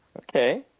Okay